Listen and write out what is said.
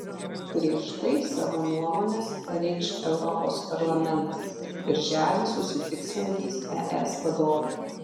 prieš tai savo nuomones pareikš europos parlamentas birželį susitiksiantys es vadovai